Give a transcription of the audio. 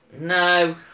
No